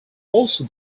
also